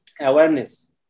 awareness